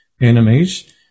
enemies